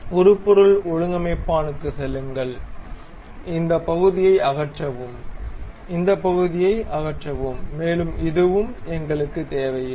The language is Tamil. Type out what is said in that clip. உருப்பொருள் ஒழுங்கம்மைப்பானுக்குச் செல்லுங்கள் இந்த பகுதியை அகற்றவும் இந்த பகுதியை அகற்றவும் மேலும் இதுவும் எங்களுக்கு தேவையில்லை